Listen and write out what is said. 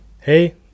Hey